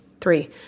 three